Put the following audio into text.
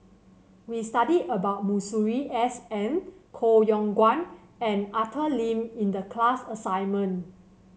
we studied about Masuri S N Koh Yong Guan and Arthur Lim in the class assignment